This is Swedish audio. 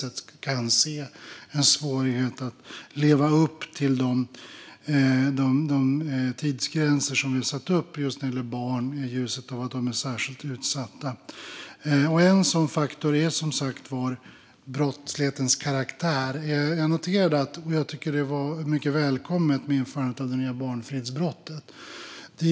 Jag kan se en svårighet att leva upp till de tidsgränser som vi har satt upp när det gäller barn i ljuset av att de är särskilt utsatta. En sådan faktor är som sagt brottslighetens karaktär. Jag tycker att införandet av det nya barnfridsbrottet var välkommet.